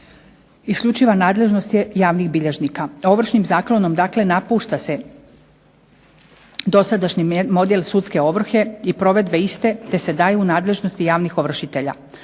Isključiva nadležnost je javnih bilježnika. Ovršnim zakonom dakle napušta se dosadašnji model sudske ovrhe i provedbe iste, te se daju u nadležnosti javnih ovršitelja.